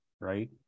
right